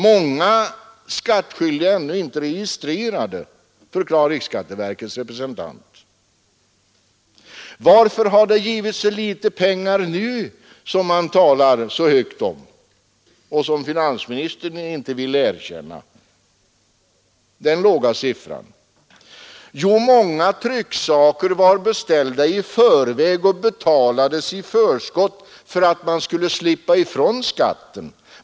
Många skattskyldiga är ännu inte registrerade, förklarade riksskatteverkets representant. Varför har det influtit så litet pengar som det talas så högt om och som finansministern inte vill erkänna? Jo, många trycksaker var beställda i förväg och betalades i förskott för att man skulle slippa ifrån skatten.